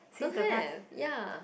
don't have ya